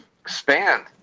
Expand